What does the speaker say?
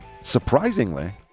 Surprisingly